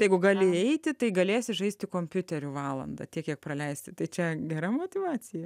jeigu gali eiti tai galės žaisti kompiuteriu valandą tiek kiek praleisti tai čia gera motyvacija